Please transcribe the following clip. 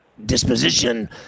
disposition